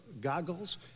goggles